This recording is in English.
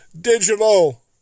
digital